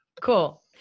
Cool